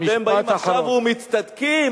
והם באים עכשיו ומצטדקים,